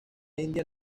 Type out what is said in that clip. india